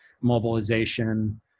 mobilization